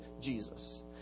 Jesus